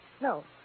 No